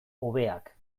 hobeak